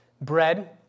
bread